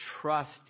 trust